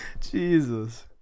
Jesus